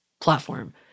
platform